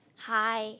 hi